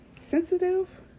sensitive